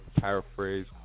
Paraphrase